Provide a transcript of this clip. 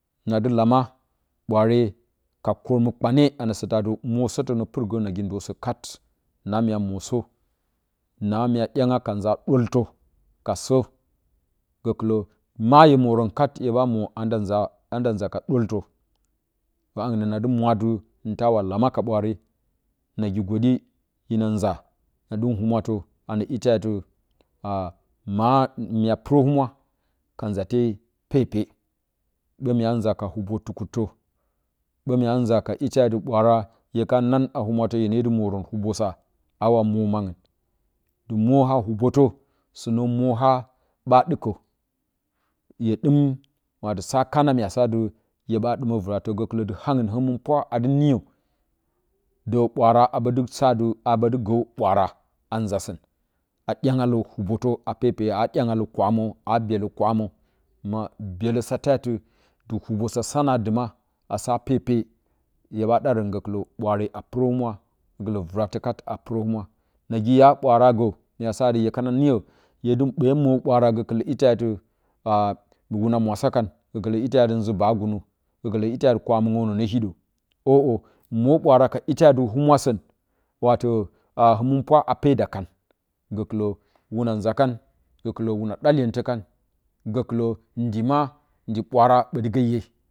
Nadɨ lama bwaare ka kərmə kpane anəsatatɨ mosətə nə pur gə nagikəndəsə kat na mya mosə na myadyanga ka nza doltə kasə gəkɨlə ma hye morən kat hye ba mwo a nda-nza ra nda nza ka doltə angnə nadɨ muro atɨ hintawa lama ka ɓwaare nagigədihyina nza na dɨm huwatə anə iteati ama mya purəhumwa ka mate pepe ɓye mi ya uza ka hubə tukuttə, bye mya nza ka ite atɨ ɓwaara hye ka nan ahumwatə yenedɨ morən nubəsa awa mowmaung n moha hubotə sinə moha ba dɨkə hye dɨm sa kana mya sa dɨ hye ɓa dɨmə vratə səkɨlə dɨ haungu həmɨpwa adɨ niyə dəd ɓwaara aɓə dɨ sadɨ aɓə dɨ gə ɓwaara a nza səna ɗyang yalə hubotə a pepeyə a dyang yalə kwamə a byelə kwamə ma byelə satati dɨ hubasasamə a dɨma a se pepe hye ɓa darən gəkɨlə bwaare a purəhumwa gələ vratə kat a purə humra nayi ya bwaara a gə mya sa dɨ hukana niyə hyedi be mwo ɓwaara gəkɨlə ite ati a wuna mwasa kau gələite ati nzi baaga nə gəkɨlə ite ati kwamu ngunə nə hiɗə oo maro ɓwaara ka ita ti humura səu wato a həmɨnpwa a paba kan gəkɨlə wuna nza kau gəkɨlə wuna ɗa lyentə kan gəvɨlə ndi ma ndi ɓwaara ɓotɨgə hye